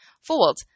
fold